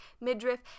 midriff